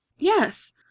Yes